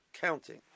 counting